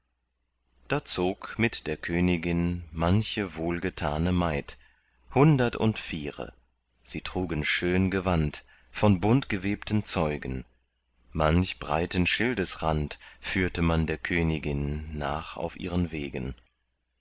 da zog mit der königin manche wohlgetane maid hundert und viere sie trugen schön gewand von buntgewebten zeugen manch breiten schildesrand führte man der königin nach auf ihren wegen